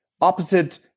opposite